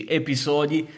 episodi